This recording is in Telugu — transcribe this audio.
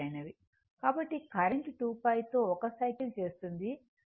కాబట్టి కరెంట్ 2π తో ఒక సైకిల్ చేస్తుంది